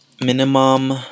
Minimum